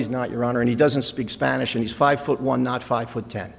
he's not your honor and he doesn't speak spanish and he's five foot one not five foot